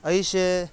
ꯑꯩꯁꯦ